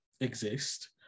exist